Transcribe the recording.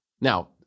now